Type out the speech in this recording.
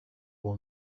will